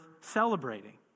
celebrating